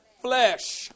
flesh